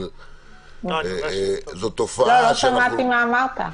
לא שמעתי מה אמרת.